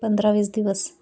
पंधरा वीस दिवस